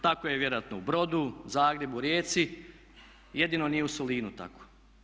Tako je vjerojatno i u Brodu, Zagrebu, Rijeci jedino nije u Solinu tako.